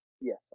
Yes